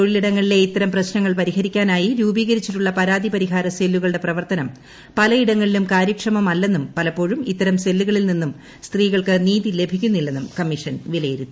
തൊഴിലിടങ്ങളിലെ ഇത്തരം പ്രശ്നങ്ങൾ പരിഹരിക്കാനായി രൂപീകരിച്ചിട്ടുള്ള പരാതി പരിഹാര സെല്ലുകളുടെ പ്രവർത്തനം പലയിടങ്ങളിലും കാര്യക്ഷമമല്ലെന്നും പലപ്പോഴും ഇത്തരം സെല്ലുകളിൽ നിന്നും സ്ത്രീകൾക്ക് നീതി ലഭിക്കുന്നില്ലെന്നും കമ്മീഷൻ വിലയിരുത്തി